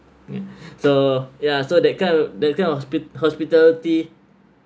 so ya so that kind of that kind of hospi~ hospitality